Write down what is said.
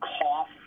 Cough